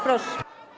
Proszę.